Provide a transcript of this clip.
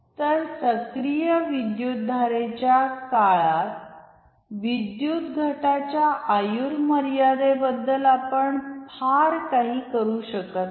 तर सक्रिय विद्युतधारेच्या काळात विद्युत घटाच्या आयुरमर्यादेबद्दल आपण फार काही करू शकत नाही